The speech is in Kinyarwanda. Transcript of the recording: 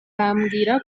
bambwira